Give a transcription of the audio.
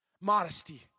Modesty